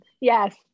Yes